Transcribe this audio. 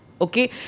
Okay